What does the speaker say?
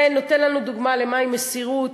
זה נותן לנו דוגמה מהי מסירות,